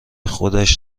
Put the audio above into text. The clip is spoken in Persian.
خودش